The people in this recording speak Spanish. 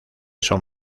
son